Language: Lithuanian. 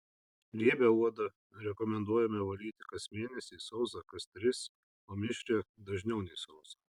riebią odą rekomenduojame valyti kas mėnesį sausą kas tris o mišrią dažniau nei sausą